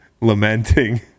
lamenting